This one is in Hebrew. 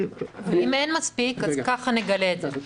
אם אין מספיק אז כך נגלה את זה,